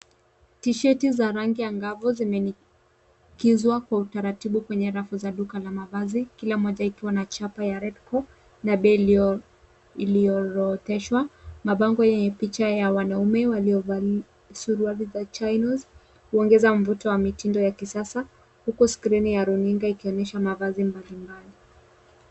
Tisheti za rangi angavu zimening'izwa kwa utaratibiu kwenye rafu za duka la mavazi kila moja ikiwa na chapa ya rekpo na bei iliyoorodheshwa. Mabango yenye picha ya wanaume waliovalia suruali za chainos huongeza mvuto wa mitindo ya kisasa huku skrini ya runinga ikionyesha mavazi mbalimbali.